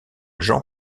jean